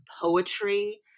poetry